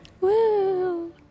Woo